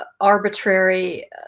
arbitrary